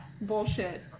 bullshit